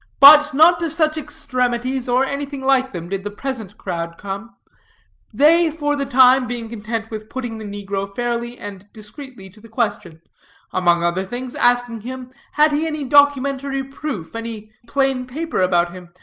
but not to such extremities, or anything like them, did the present crowd come they, for the time, being content with putting the negro fairly and discreetly to the question among other things, asking him, had he any documentary proof, any plain paper about him,